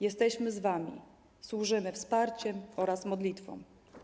Jesteśmy z wami, służymy wsparciem oraz modlitwą.